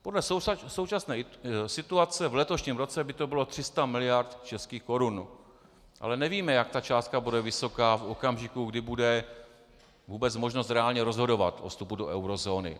Podle současné situace v letošním roce by to bylo 300 mld. českých korun, ale nevíme, jak ta částka bude vysoká v okamžiku, kdy bude vůbec možnost reálně rozhodovat o vstupu do eurozóny.